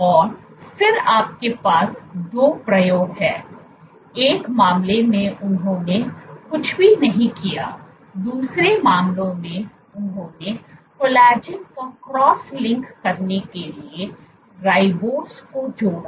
और फिर आपके पास दो प्रयोग हैं एक मामले में उन्होंने कुछ भी नहीं किया दूसरे मामले में उन्होंने कोलेजन को क्रॉस लिंक करने के लिए राइबोज को जोड़ा